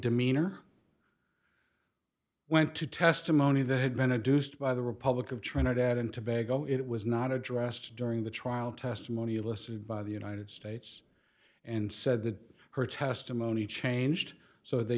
demeanor went to testimony that had been a deuced by the republic of trinidad and tobago it was not addressed during the trial testimony elicited by the united states and said that her testimony changed so they